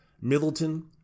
Middleton